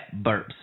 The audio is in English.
burps